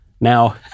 Now